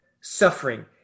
suffering